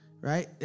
right